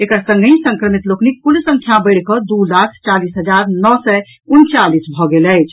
एकर संगहि संक्रमित लोकनिक कुल संख्या बढ़िकऽ दू लाख चालीस हजार नओ सय उनचालीस भऽ गेल अछि